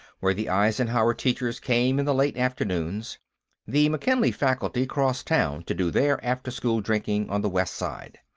where the eisenhower teachers came in the late afternoons the mckinley faculty crossed town to do their after-school drinking on the west side.